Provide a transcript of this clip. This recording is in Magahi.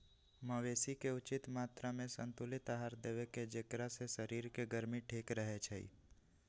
मवेशी के उचित मत्रामें संतुलित आहार देबेकेँ जेकरा से शरीर के गर्मी ठीक रहै छइ